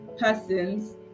persons